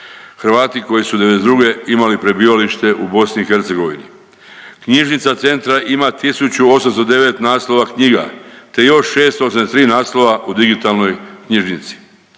Hrvati koji su '92. imali prebivalište u BiH. Knjižnica centra ima 1809 naslova knjiga, te još 683 naslova u digitalnoj knjižnici.